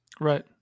Right